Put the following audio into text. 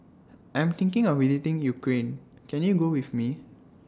I'm thinking of visiting Ukraine Can YOU Go with Me